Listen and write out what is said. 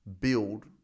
build